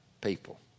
people